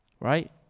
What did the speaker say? Right